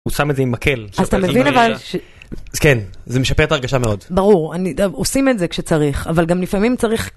הוא שם את זה עם מקל. אז אתה מבין אבל... כן, זה משפר את הרגשה מאוד. ברור, עושים את זה כשצריך, אבל גם לפעמים צריך...